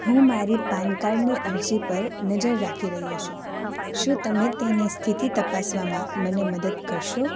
હું મારી પાન કાર્ડની અરજી પર નજર રાખી રહ્યો છું શું તમે તેની સ્થિતિ તપાસવામાં મને મદદ કરશો